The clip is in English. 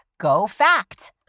GoFact